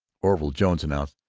orville jones announced,